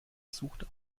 sucht